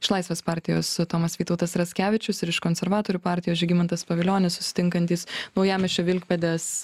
iš laisvės partijos tomas vytautas raskevičius ir iš konservatorių partijos žygimantas pavilionis susitinkantys naujamiesčio vilkpėdės